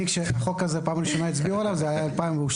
כשהצביעו על החוק הזה בפעם הראשונה זה היה ב-2012.